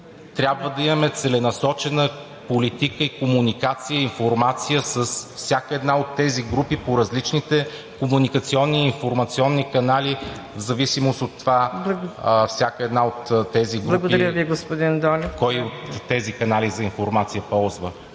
Трябва да имаме целенасочена политика и комуникация, информация с всяка една от тези групи по различните комуникационни и информационни канали в зависимост от това всяка една от тези групи... ПРЕДСЕДАТЕЛ МУКАДДЕС